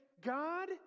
God